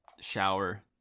shower